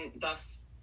thus